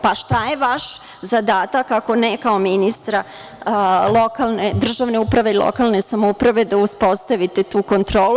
Pa šta je vaš zadatak, ako ne, kao ministra državne uprave i lokalne samouprave da uspostavite tu kontrolu?